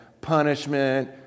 punishment